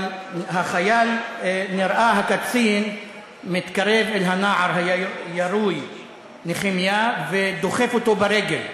אבל הקצין נראה מתקרב אל הנער הירוי נחמיה ודוחף אותו ברגל.